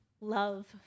love